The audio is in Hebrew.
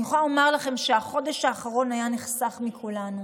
אני יכולה לומר לכם שהחודש האחרון היה נחסך מכולנו.